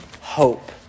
hope